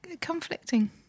conflicting